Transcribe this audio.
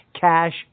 Cash